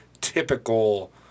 typical